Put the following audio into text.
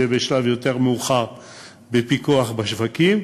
ובשלב יותר מאוחר בפיקוח בשווקים,